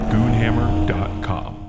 Goonhammer.com